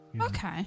Okay